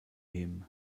him